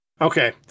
Okay